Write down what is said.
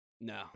No